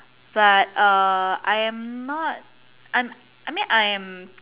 but err I am not I'm mean I am